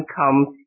comes